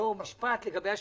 להגיד משפט לגבי השביתה?